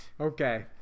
Okay